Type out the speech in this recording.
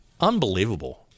Unbelievable